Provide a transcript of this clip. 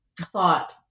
thought